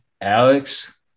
Alex